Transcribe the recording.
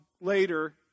later